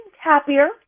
happier